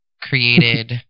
created